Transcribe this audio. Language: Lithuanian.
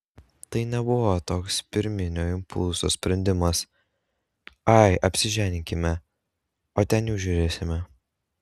tai nebuvo toks pirminio impulso sprendimas ai apsiženykime o ten jau žiūrėsime